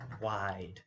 wide